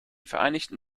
vereinigten